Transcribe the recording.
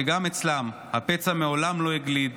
שגם אצלם הפצע מעולם לא הגליד,